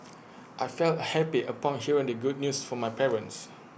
I felt happy upon hearing the good news from my parents